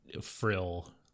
frill